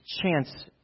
chance